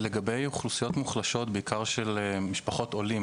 לגבי אוכלוסיות מוחלשות, בעיקר של משפחות עולים